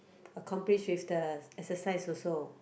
accomplish with the exercise also